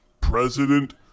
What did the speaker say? President